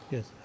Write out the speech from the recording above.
Yes